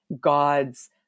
God's